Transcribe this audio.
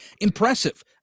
Impressive